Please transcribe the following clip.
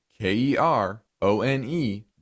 K-E-R-O-N-E